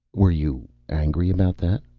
were you angry about that?